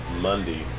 Monday